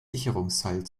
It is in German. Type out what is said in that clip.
sicherungsseil